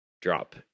drop